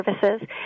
Services